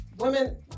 Women